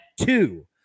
two